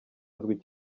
azwi